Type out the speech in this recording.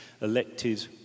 elected